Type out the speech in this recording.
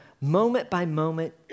moment-by-moment